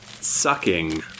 sucking